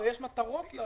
הרי יש מטרות לכסף?